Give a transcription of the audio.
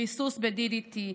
ריסוס ב-DDT,